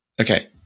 okay